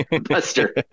Buster